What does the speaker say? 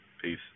Peace